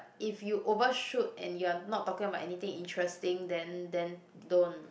if you overshoot and you're not talking about anything interesting then then don't